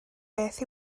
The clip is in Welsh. beth